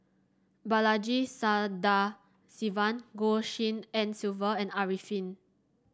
Balaji Sadasivan Goh Tshin En Sylvia and Arifin